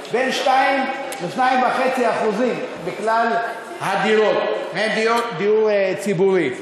בין 2% ל-2.5% מכלל הדירות הן דירות דיור ציבורי.